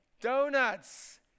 Donuts